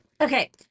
Okay